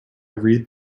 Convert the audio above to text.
read